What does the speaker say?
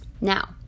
Now